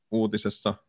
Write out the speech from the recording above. uutisessa